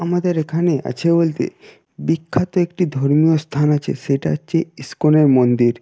আমাদের এখানে আছে বলতে বিখ্যাত একটি ধর্মীয় স্থান আছে সেটা হচ্ছে ইস্কনের মন্দির